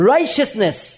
Righteousness